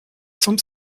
zum